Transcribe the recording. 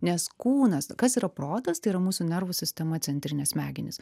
nes kūnas kas yra protas tai yra mūsų nervų sistema centrinės smegenys